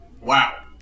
Wow